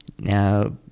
Now